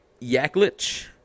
Yaklich